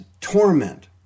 torment